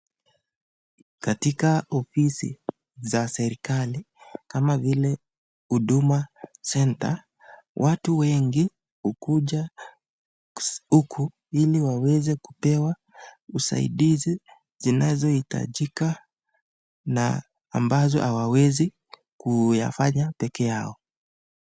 Katika ofisi za serikali kama vile Huduma Centre, watu wengi hukuja huku ili waweze kupewa usaidizi zinazoitajika na ambazo hawawezi kuyafanya peke yao.